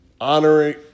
honoring